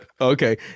Okay